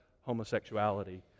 homosexuality